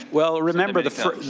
well, remember, the